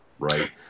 Right